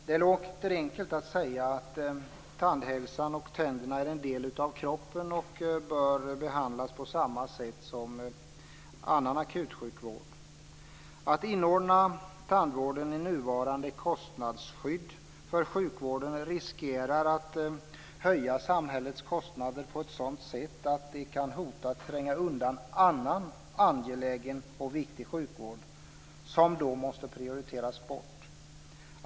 Det låter enkelt att säga att tänderna är en del av kroppen och att tandhälsan bör behandlas på samma sätt som annan sjukvård. Att inordna tandvården i nuvarande kostnadsskydd för sjukvården riskerar att höja samhällets kostnader på ett sådant sätt att det kan hota att tränga undan annan angelägen och viktig sjukvård, som då måste prioriteras bort.